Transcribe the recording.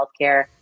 healthcare